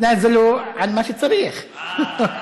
תתנאזלו על מה שצריך.